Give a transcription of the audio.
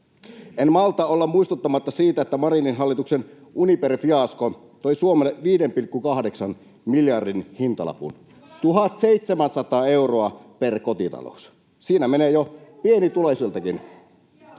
En malta olla muistuttamatta siitä, että Marinin hallituksen Uniper-fiasko toi Suomelle 5,8 miljardin hintalapun: 1 700 euroa per kotitalous. [Krista Kiuru: Me puhutaan